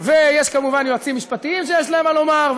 ויש כמובן יועצים משפטיים שיש להם מה לומר,